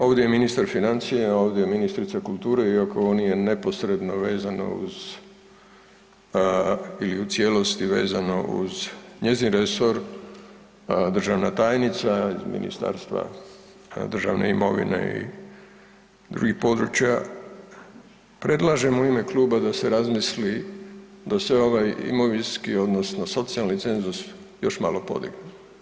Ovdje je ministar financija, ovdje je ministrica kulture iako nije neposredno vezano uz i u cijelosti vezano uz njezin resor, državna tajnica iz Ministarstva državne imovine i drugih područja, predlažem u ime kluba da se razmisli da sav ovaj imovinski odnosno socijalni cenzus još malo podigne.